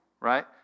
Right